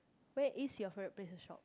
where is your favourite place to shop